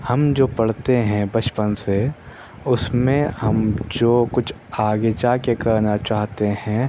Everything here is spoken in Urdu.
ہم جو پڑھتے ہیں بچپن سے اُس میں ہم جو کچھ آگے جا کے کرنا چاہتے ہیں